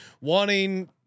wanting